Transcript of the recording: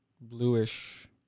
bluish